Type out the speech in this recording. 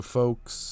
folks